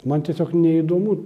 man tiesiog neįdomu